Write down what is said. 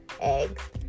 eggs